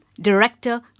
director